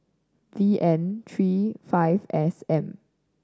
V N three F S M